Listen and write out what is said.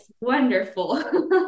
wonderful